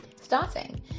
Starting